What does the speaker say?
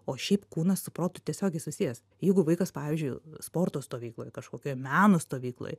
o šiaip kūnas su protu tiesiogiai susijęs jeigu vaikas pavyzdžiui sporto stovykloj kažkokioj meno stovykloj